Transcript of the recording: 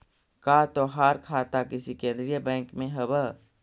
का तोहार खाता किसी केन्द्रीय बैंक में हव